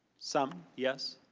some, yes.